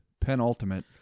penultimate